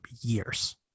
years